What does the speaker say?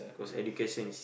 cause education is